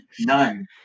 none